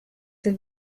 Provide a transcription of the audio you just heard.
del